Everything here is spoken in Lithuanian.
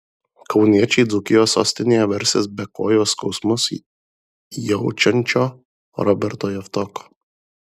kauniečiai dzūkijos sostinėje versis be kojos skausmus jaučiančio roberto javtoko